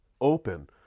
open